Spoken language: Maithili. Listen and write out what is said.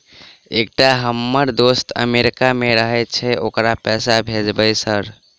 एकटा हम्मर दोस्त अमेरिका मे रहैय छै ओकरा पैसा भेजब सर?